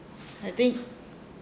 I think